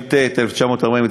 התש"ט 1949,